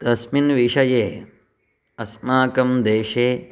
तस्मिन् विषये अस्माकं देशे